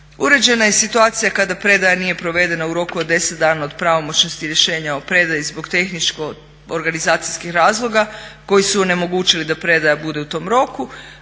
Uređena je i situacija kada predaja nije provedena u roku od 10 dana od pravomoćnosti rješenja o predaji zbog tehničko-organizacijskih razloga koji su onemogućili da predaja bude u tom roku.